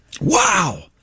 Wow